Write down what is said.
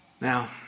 Now